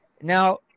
Now